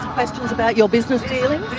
questions about your business dealings?